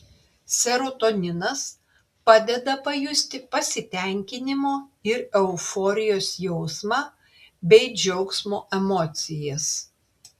serotoninas padeda pajusti pasitenkinimo ir euforijos jausmą bei džiaugsmo emocijas